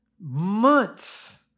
Months